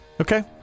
Okay